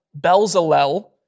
Belzalel